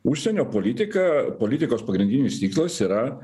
užsienio politika politikos pagrindinis tikslas yra